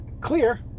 clear